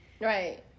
Right